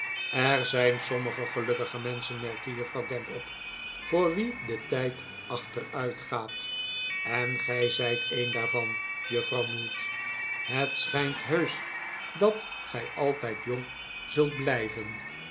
er zijn sommige gelukkige menschen merkte juffrouw gamp op voor wie de tijd achteruitgaat en gij zijt een daarvan juffrouw mould het schijnt heusch dat gij altijd jong zult blijven